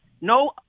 no